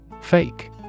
Fake